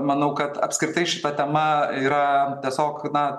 manau kad apskritai šita tema yra tiesiog na